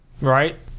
Right